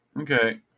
Okay